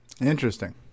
Interesting